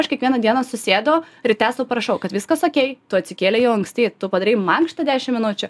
aš kiekvieną dieną susėdu ryte sau parašau kad viskas okei tu atsikėlei jau anksti tu padarei mankštą dešim minučių